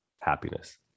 happiness